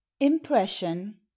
impression